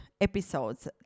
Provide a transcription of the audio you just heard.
episodes